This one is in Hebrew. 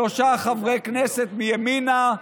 שלושה חברי כנסת מימינה,